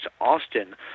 Austin